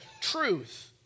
truth